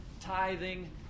tithing